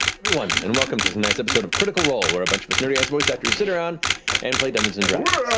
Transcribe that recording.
everyone, and welcome to tonight's episode of critical role, where a bunch of us nerdy-ass voice actors sit around and play dungeons and dragons.